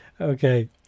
Okay